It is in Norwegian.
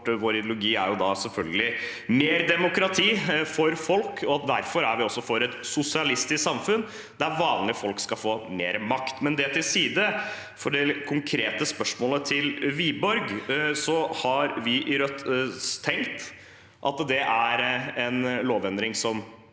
Vår ideologi er selvfølgelig mer demokrati for folk. Derfor er vi også for et sosialistisk samfunn der vanlige folk skal få mer makt. Men det til side og til det konkrete spørsmålet til Wiborg: Vi i Rødt har tenkt at det er en lovendring som vi